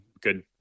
good